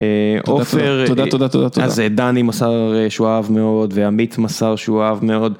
עופר. תודה, תודה, תודה, תודה. אז דני מסר שהוא אהב מאוד, ועמית מסר שהוא אהב מאוד.